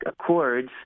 Accords